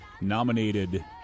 nominated